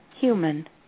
human